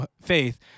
faith